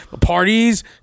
Parties